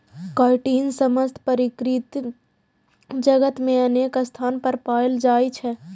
chitin समस्त प्रकृति जगत मे अनेक स्थान पर पाएल जाइ छै